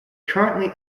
currently